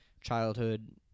childhood